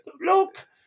look